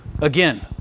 again